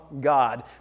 God